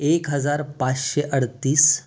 एक हजार पाचशे अडतीस